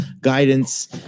guidance